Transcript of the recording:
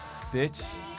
Bitch